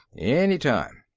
anytime.